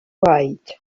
great